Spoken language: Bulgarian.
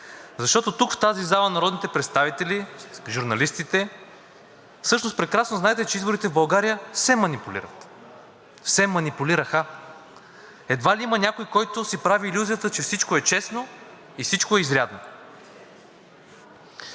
Защото тук, в тази зала народните представители, журналистите, всъщност прекрасно знаете, че изборите в България се манипулират. Се манипулираха. Едва ли има някой, който си прави илюзията, че всичко е честно и всичко е изрядно.